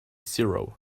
zero